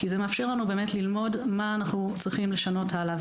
כי זה מאפשר לנו באמת ללמוד מה אנחנו צריכים לשנות הלאה.